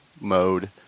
mode